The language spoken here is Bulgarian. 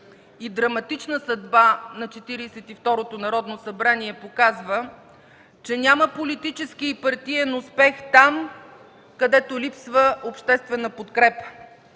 и драматична съдба на Четиридесет и второто Народно събрание показва, че няма политически и партиен успех там, където липсва обществена подкрепа.